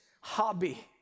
hobby